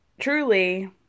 truly